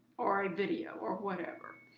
or a video, or whatever.